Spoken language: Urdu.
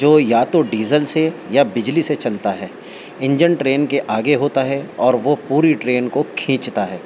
جو یا تو ڈیزل سے یا بجلی سے چلتا ہے انجن ٹرین کے آگے ہوتا ہے اور وہ پوری ٹرین کو کھینچتا ہے